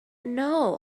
know